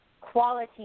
quality